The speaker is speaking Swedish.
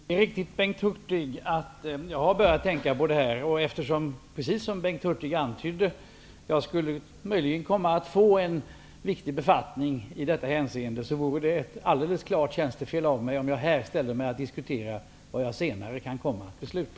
Herr talman! Det är riktigt, Bengt Hurtig, att jag har börjat tänka på denna fråga. Eftersom jag, precis som Bengt Hurtig antydde, möjligen kommer att få en viktig befattning i detta hänseende vore det ett alldeles klart tjänstefel att här diskutera vad jag senare kan komma att besluta.